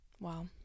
Wow